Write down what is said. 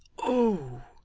oh!